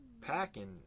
packing